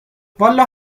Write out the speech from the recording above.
والا